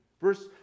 Verse